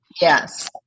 Yes